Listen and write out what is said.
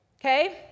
okay